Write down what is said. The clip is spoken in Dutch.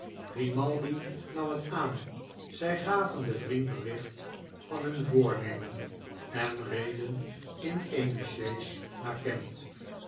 grimaldi nam het aan zij gaven den vriend bericht van hun voornemen en reden in eene sjees naar kent